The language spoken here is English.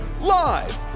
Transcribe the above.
live